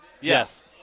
Yes